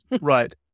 right